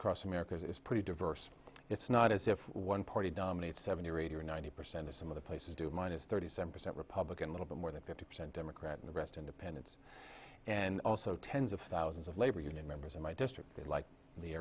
discourse americas is pretty diverse it's not as if one party dominates seventy or eighty or ninety percent or some of the places do minus thirty seven percent republican little bit more than fifty percent democrat in the rest independents and also tens of thousands of labor union members in my district they like the